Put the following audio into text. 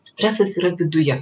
stresas yra viduje